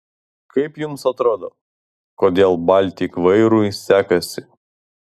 kaip jums atrodo kodėl baltik vairui sekasi